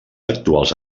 actuals